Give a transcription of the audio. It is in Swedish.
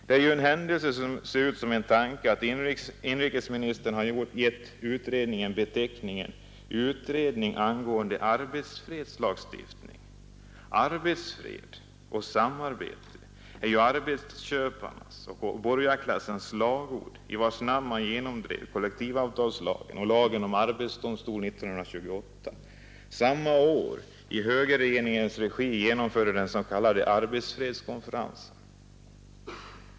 Det är en händelse som ser som en tanke att inrikesministern har gett utredningen beteckningen ”utredning angående arbetsfredslagstiftningen”. Arbetsfred och samarbete är arbetsköparnas och borgarklassens slagord i vars namn de genomdrev kollektivavtalslagen och lagen om arbetsdomstol 1928 och samma år i högerregeringens regi genomförde den s.k. arbetsfredskonfe rensen.